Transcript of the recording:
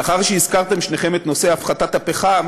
מאחר ששניכם הזכרתם את נושא הפחתת הפחם,